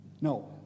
No